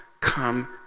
come